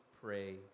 pray